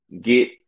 get